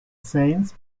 saints